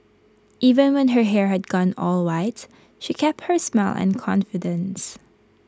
even when her hair had gone all white she kept her smile and confidence